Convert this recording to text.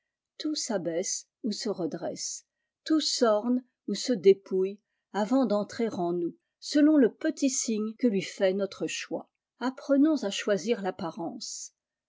tout s'abaisse ou se redresse tout s'orne ou se dépouille avant d'entrer en nous selon le petit signe que lui fait notre choix apprenons à choisir tapparence